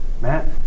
Matt